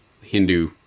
Hindu